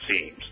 seems